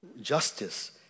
justice